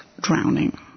drowning